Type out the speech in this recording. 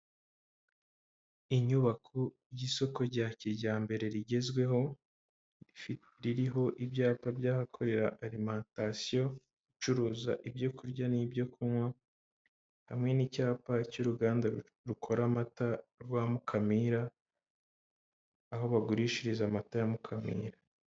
Inyubako y'isoko rya kijyambere rigezweho ririho ibyapa by'ahakorera alimantasiyo icuruza ibyo kurya n'ibyo kunywa hamwe n'icyapa cy'uruganda rukora amata rwa Mukamira aho bagurishiriza amata ya Mukamira.